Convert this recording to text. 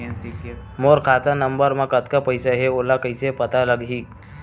मोर खाता नंबर मा कतका पईसा हे ओला कइसे पता लगी?